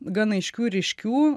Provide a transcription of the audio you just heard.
gan aiškių ryškių